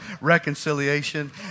reconciliation